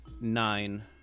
nine